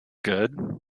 good